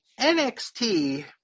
NXT